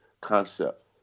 concept